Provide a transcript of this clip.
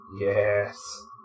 yes